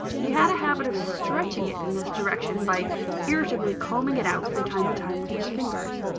he had a habit of stretching it in this direction, by irritably combing it out, from time to time, with his fingers.